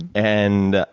and,